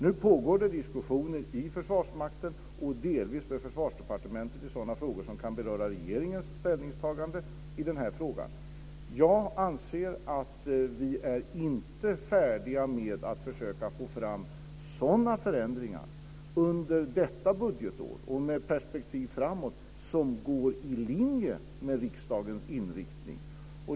Nu pågår diskussioner i Försvarsmakten, och delvis med Försvarsdepartementet i sådana frågor som kan beröra regeringens ställningstagande i den här frågan. Jag anser att vi inte är färdiga med att försöka få fram sådana förändringar under detta budgetår, och med perspektiv framåt, som går i linje med riksdagens inriktning.